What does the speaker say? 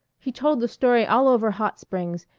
he told the story all over hot springs,